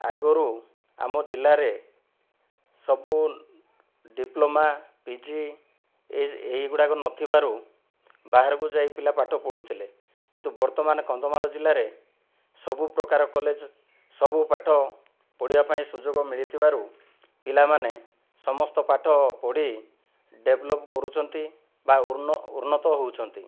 ଆଗରୁ ଆମ ଜିଲ୍ଲାରେ ସବୁ ଡିପ୍ଳୋମା ପିଜି ଏଇ ଏଇ ଗୁଡ଼ାକ ନଥିବାରୁ ବାହାରକୁ ଯାଇ ପିଲା ପାଠ ପଢ଼ୁଥିଲେ କିନ୍ତୁ ବର୍ତ୍ତମାନ କନ୍ଧମାଳ ଜିଲ୍ଲାରେ ସବୁ ପ୍ରକାର କଲେଜ ସବୁ ପାଠ ପଢ଼ିବା ପାଇଁ ସୁଯୋଗ ମିଳିଥିବାରୁ ପିଲାମାନେ ସମସ୍ତ ପାଠ ପଢ଼ି ଡେଭେଲପ୍ କରୁଛନ୍ତି ବା ଉନ୍ନତ ହେଉଛନ୍ତି